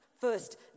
first